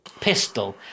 pistol